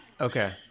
Okay